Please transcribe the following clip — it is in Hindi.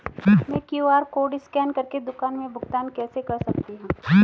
मैं क्यू.आर कॉड स्कैन कर के दुकान में भुगतान कैसे कर सकती हूँ?